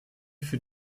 für